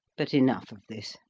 but enough of this.